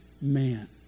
man